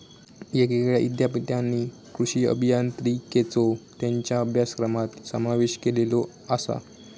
येगयेगळ्या ईद्यापीठांनी कृषी अभियांत्रिकेचो त्येंच्या अभ्यासक्रमात समावेश केलेलो आसा